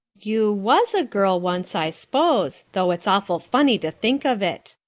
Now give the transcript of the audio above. you was a girl once, i s'pose, though it's awful funny to think of it.